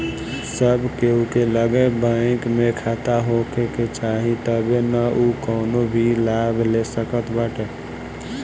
सब केहू के लगे बैंक में खाता होखे के चाही तबे नअ उ कवनो भी लाभ ले सकत बाटे